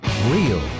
Real